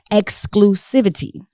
exclusivity